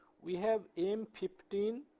we have m fifteen,